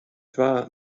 twa